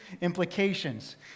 implications